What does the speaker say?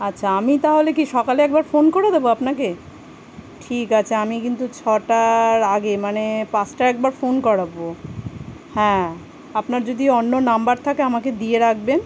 আচ্ছা আমি তাহলে কি সকালে একবার ফোন করে দেব আপনাকে ঠিক আছে আমি কিন্তু ছটার আগে মানে পাঁচটা একবার ফোন করব হ্যাঁ আপনার যদি অন্য নম্বর থাকে আমাকে দিয়ে রাখবেন